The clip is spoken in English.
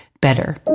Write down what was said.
better